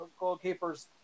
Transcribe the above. goalkeepers